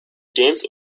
dance